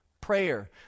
Prayer